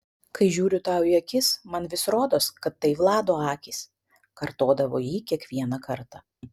kai žiūriu tau į akis man vis rodos kad tai vlado akys kartodavo ji kiekvieną kartą